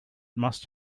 must